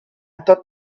thought